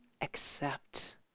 accept